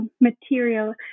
material